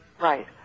Right